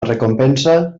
recompensa